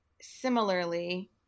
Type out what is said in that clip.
similarly